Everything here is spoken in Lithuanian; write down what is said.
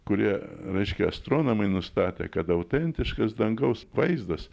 kurie reiškia astronomai nustatė kad autentiškas dangaus vaizdas